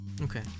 Okay